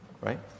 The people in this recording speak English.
right